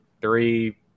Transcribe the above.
three